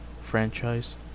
franchise